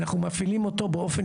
אנחנו מפעילים אותו באופן